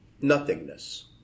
Nothingness